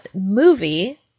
movie